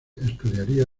estudiaría